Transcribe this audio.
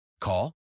Call